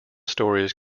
stories